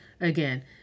again